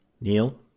Neil